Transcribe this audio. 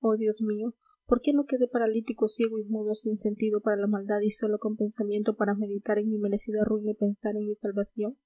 oh dios mío por qué no quedé paralítico ciego y mudo sin sentido para la maldad y sólo con pensamiento para meditar en mi merecida ruina y pensar en mi salvación